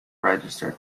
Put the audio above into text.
register